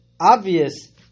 obvious